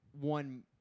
one